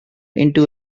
into